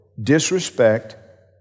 disrespect